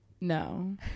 No